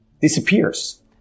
disappears